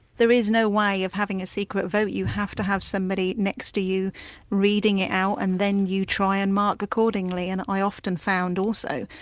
is no way of having a secret vote, you have to have somebody next to you reading it out and then you try and mark accordingly. and i often found, also,